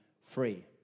free